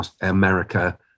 America